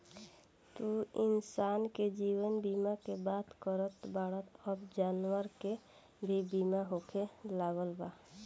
तू इंसान के जीवन बीमा के बात करत बाड़ऽ अब जानवर के भी बीमा होखे लागल बा